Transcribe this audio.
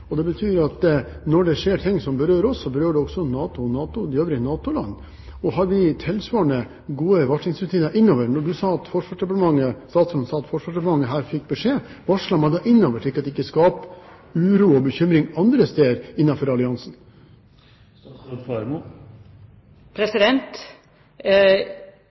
og det betyr at når det skjer ting som berører oss, berører det også NATO og de øvrige NATO-landene. Har vi tilsvarende gode varslingsrutiner innover? Når statsråden sier at Forsvarsdepartementet her fikk beskjed, varslet man da innover slik at det ikke skapte uro og bekymring andre steder innenfor alliansen?